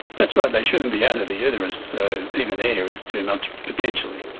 that's right, they shouldn't be out of the uterus, so even air is too much potentially.